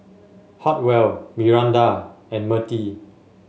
Hartwell Miranda and Mertie